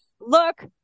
Look